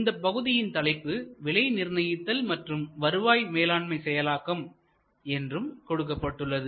இந்த பகுதியின் தலைப்பு விலை நிர்ணயித்தல் மற்றும் வருவாய் மேலாண்மை செயலாக்கம் என்றும் கொடுக்கப்பட்டுள்ளது